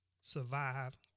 survive